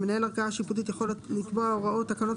ושמנהל ערכאה שיפוטית יכול לקבוע תקנות